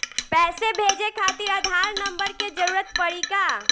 पैसे भेजे खातिर आधार नंबर के जरूरत पड़ी का?